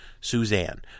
suzanne